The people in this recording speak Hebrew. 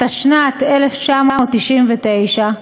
התשנ"ט 1999,